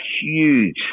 huge